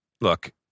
look